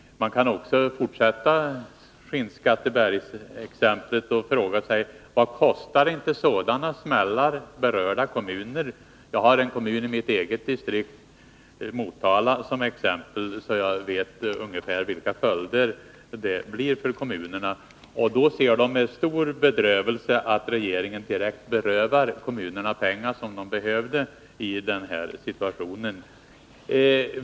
Man kan också fråga sig: Vad kostar inte sådana smällar som den i Skinnskatteberg berörda kommuner? Jag har i mitt eget distrikt kommunen Motala som exempel, så jag vet ungefär vilka följderna blir för kommunerna. De ser med stor bedrövelse att regeringen berövar dem pengar som de behöver i den här situationen.